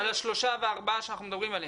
על השלושה והארבעה שאנחנו מדברים עליהם.